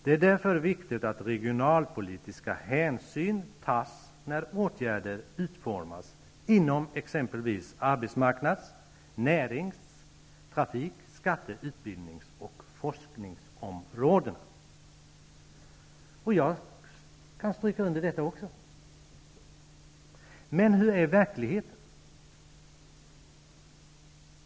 Det är därför viktigt att regionalpolitiska hänsyn tas när åtgärder utformas inom exempelvis arbetsmarknads-, närings-, trafik-, skatte-, utbildnings och forskningsområdena. Jag kan också stryka under att detta är viktigt. Men hur är det i verkligheten?